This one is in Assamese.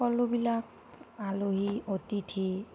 সকলোবিলাক আলহী অতিথি